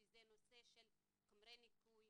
שזה נושא של חומרי ניקוי,